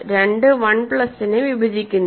2 1 plus നെ വിഭജിക്കുന്നില്ല